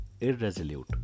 Irresolute